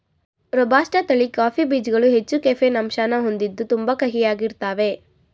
robusta ತಳಿ coffee ಬೀಜ್ಗಳು ಹೆಚ್ಚು ಕೆಫೀನ್ ಅಂಶನ ಹೊಂದಿದ್ದು ತುಂಬಾ ಕಹಿಯಾಗಿರ್ತಾವೇ